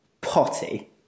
potty